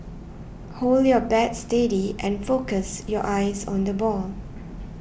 hold your bat steady and focus your eyes on the ball